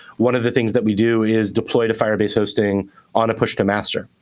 one of the things that we do is deploy to firebase hosting on a push to master.